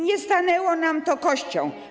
Nie stanęło nam to kością.